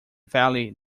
valley